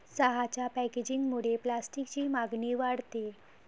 चहाच्या पॅकेजिंगमुळे प्लास्टिकची मागणी वाढते